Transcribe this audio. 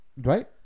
right